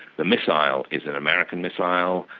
the missile is an american missile,